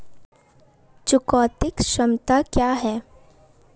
चुकौती क्षमता क्या है?